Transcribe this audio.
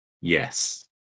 Yes